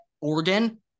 Oregon